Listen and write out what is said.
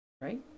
right